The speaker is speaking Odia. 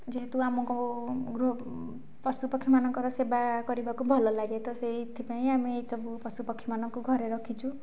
ଯେହେତୁ ଆମକୁ ଗୃହ ପଶୁ ପକ୍ଷୀ ମାନଙ୍କର ସେବା କରିବାକୁ ଭଲ ଲାଗେ ତ ସେଇଥିପାଇଁ ଆମେ ଏଇସବୁ ପଶୁ ପକ୍ଷୀ ମାନଙ୍କୁ ଘରେ ରଖିଛୁ